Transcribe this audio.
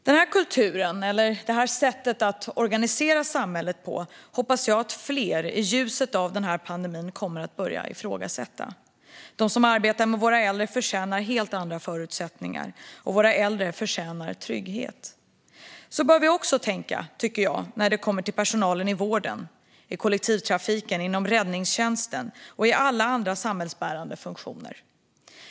Den här kulturen, det här sättet att organisera samhället, hoppas jag att fler i ljuset av pandemin kommer att börja ifrågasätta. De som arbetar med våra äldre förtjänar helt andra förutsättningar, och våra äldre förtjänar trygghet. Så bör vi också tänka när det kommer till personalen i vården, i kollektivtrafiken, inom räddningstjänsten och i alla andra samhällsbärande funktioner.